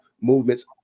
movements